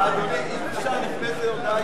אדוני, אם אפשר לפני זה הודעה אישית.